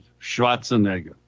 Schwarzenegger